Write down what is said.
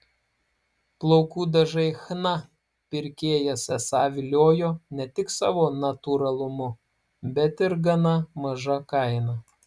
plaukų dažai chna pirkėjas esą viliojo ne tik savo natūralumu bet ir gana maža kaina